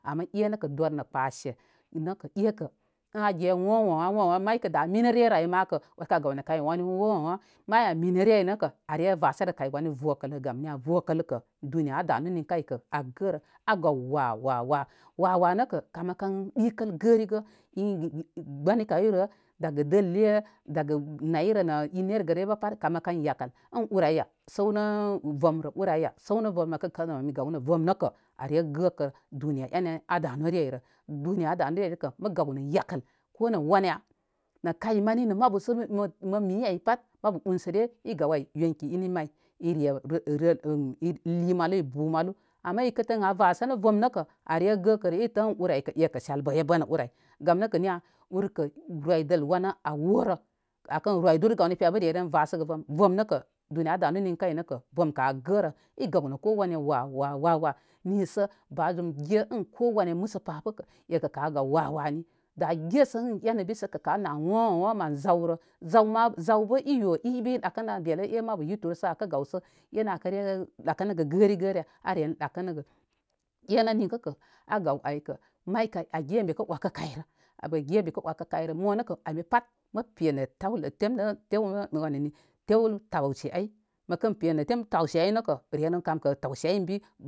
Ama eh nəkə dor nə kpə se kə ekə en a ge woŋ woah wo an may kə da menə rerə ay makə rekəl ka gaw nə kay wani woah may an minə re ay nəkə are vasəgə kay wani vokəl rə gam niya vokəl kə duniya a danu ninkə ay kə a gərə. A gaw wa' wa' wa' wa' wa' wa' nəkə kamə kam ɓikəl gərigə gbəni kayrə daga dəlle daga naurə nə in nergəre be pat kamə kan yakəl. ən ur ayya səwnə vəmrə, ur ayya səwnə vəmrə, ur ayya səwnə vəmrə məkə tə mə gawnə vəm nəkə are gəkə duniya enə a danu re ay rə. Duniya adanu re ay nəkə mə gannə yakəl konə wana nə kay mani nə mabu sə mə miy ay pat mabu unsə re l gaw ay yonki ini may ire ili malu i bu malu. Ama ikə tə in a vasənə vəm nəkə are gəkə rə i tə in ur aykə sel bəy bən nə ur ay gam nə kə niya urkə roydəl wanə a worə akən royduru gawnə piya be reren vəsəgə vəm. vəm nəkə duniya a danu ninkə ay kə vəmkə a gərə. i gaw nə ko wana wa' wa' wa' wa' nisə ba zum ge ən ko wanə məsə pa bə kə ekə a gaw wa'wa' ani. Da gesə ən enə bi səkə nə woah woah woah mən zawrə. Zaw ma zaw bə i yo' i bi i dəkəɗan sə e' mabu yutərə sə akə gaw sə enə a kəre ɗakənəgə gərigə rə ya. Aren ɗakənəgə. E nə ninkə kə a yaw aykə may kay a ge ən bekə wakə kayrə. A bə ge bekə wakə kəyrə mo nəkə ani pat mə pe nə tawlə wanani tew tawsɨ ay məkə penə tem tawsɨ ay nəkə rem rem kamkə tawsɨ aw ənbi.